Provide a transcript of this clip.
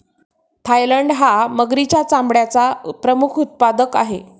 Thailand हा मगरीच्या चामड्याचा प्रमुख उत्पादक आहे